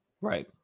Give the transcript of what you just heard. Right